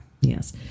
Yes